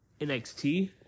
NXT